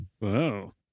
Wow